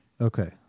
Okay